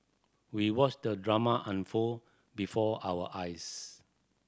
we watched the drama unfold before our eyes